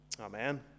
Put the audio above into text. amen